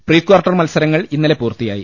pre quarter മത്സരങ്ങൾ ഇന്നലെ പൂർത്തിയായി